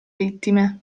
vittime